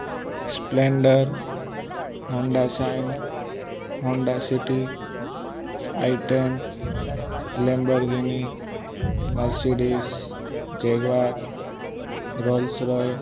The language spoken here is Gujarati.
Splendor Honda Shine Honda City i ten Lamborghini Mercedes Jaguar Rolls-Royce